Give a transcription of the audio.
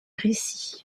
récit